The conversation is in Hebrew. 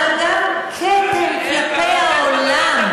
אבל גם כתם כלפי העולם,